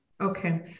Okay